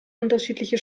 unterschiedliche